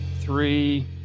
three